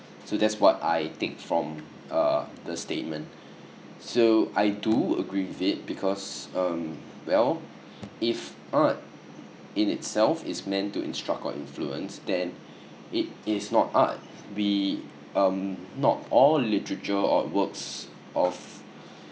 so that's what I think from uh the statement so I do agree with it because um well if art in itself is meant to instruct or influence then it is not art we um not all literature or works of